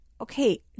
okay